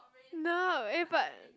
no eh but